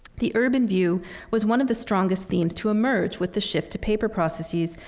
the urban view was one of the strongest themes to emerge with the shift to paper processes,